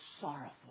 sorrowful